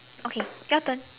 okay your turn